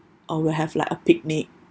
or will have like a picnic